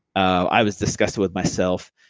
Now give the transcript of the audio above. i was disgusted with myself.